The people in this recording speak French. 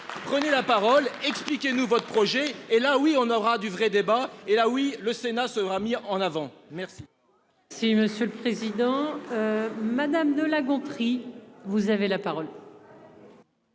Prenez la parole. Expliquez-nous votre projet et là oui on aura du vrai débat et la oui le Sénat sera mis en avant. Merci. Si Monsieur le Président. Madame de La Gontrie. Vous avez la parole.